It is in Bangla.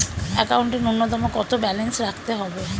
একাউন্টে নূন্যতম কত ব্যালেন্স রাখতে হবে?